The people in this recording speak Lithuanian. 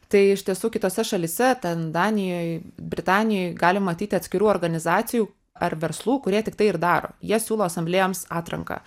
tai iš tiesų kitose šalyse ten danijoj britanijoj galim matyti atskirų organizacijų ar verslų kurie tik tai ir daro jie siūlo asamblėjoms atranką